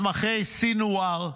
מסמכי סנוואר,